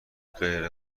غیر